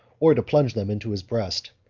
or to plunge them into his breast.